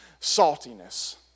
saltiness